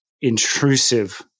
intrusive